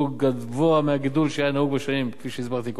שהוא גבוה מהגידול שהיה נהוג בשנים שעברו,